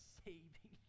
saving